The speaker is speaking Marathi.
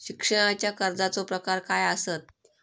शिक्षणाच्या कर्जाचो प्रकार काय आसत?